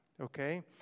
Okay